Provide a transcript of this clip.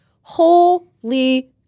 Holy